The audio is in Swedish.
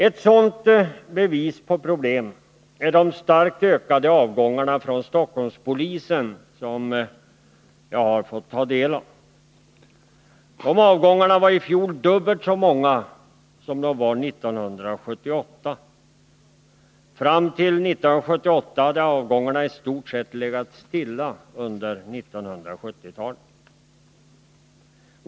Ett bevis på problemen är de starkt ökade avgångar från Stockholmspolisen som jag har fått ta del av. Avgångarna var i fjol dubbelt så många som 1978. Fram till 1978 hade antalet avgångar i stort sett legat stilla under 1970-talet.